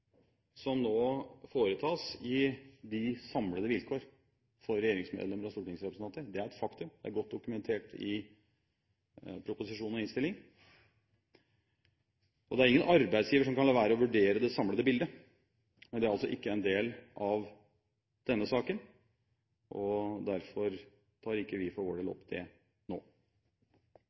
som nå foretas i de samlede vilkår for regjeringsmedlemmer og stortingsrepresentanter. Det er et faktum. Det er godt dokumentert i proposisjonen og innstillingen, og det er ingen arbeidsgiver som kan la være å vurdere det samlede bildet. Men det er altså ikke en del av denne saken, og derfor tar vi for vår del ikke opp det nå.